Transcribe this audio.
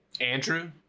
andrew